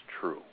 true